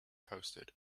posted